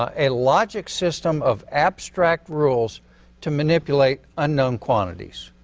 ah a logic system of abstract rules to manipulate unknown quantities.